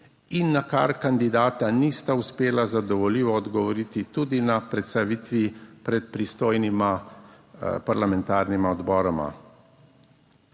in na kar kandidata nista uspela zadovoljivo odgovoriti tudi na predstavitvi pred pristojnima parlamentarnima odboroma.